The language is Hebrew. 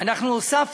אנחנו הוספנו,